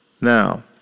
Now